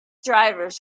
drivers